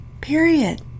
Period